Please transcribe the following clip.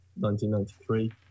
1993